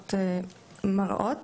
שפות מראות,